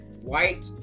white